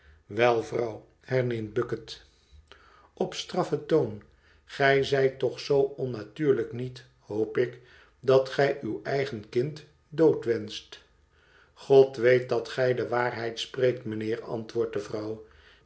wel vrouw herneemt bucket op straffen toon gij zijt toch zoo onnatuurlijk niet hoop ik dat gij uw eigen kind dood wenscht god weet dat gij de waarheid spreekt mijnheer antwoordt de vrouw